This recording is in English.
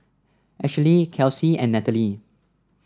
Ashely Kelsie and Natalie